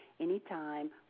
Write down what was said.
anytime